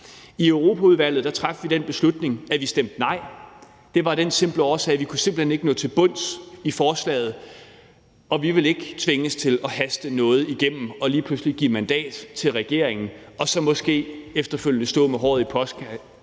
I Europaudvalget traf vi den beslutning, at vi stemte nej. Det var af den simple årsag, at vi simpelt hen ikke kunne nå til bunds i forslaget, og vi vil ikke tvinges til at haste noget igennem og lige pludselig give mandat til regeringen og så måske efterfølgende stå med håret i